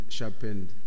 Sharpened